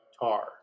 Tar